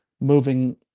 moving